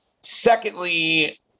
Secondly